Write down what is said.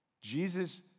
Jesus